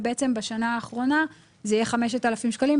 ובעצם בשנה האחרונה זה יהיה 5,000 שקלים,